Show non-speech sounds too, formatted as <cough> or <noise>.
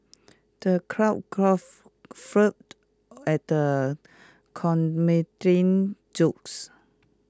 the crowd <unintelligible> at the comedian's jokes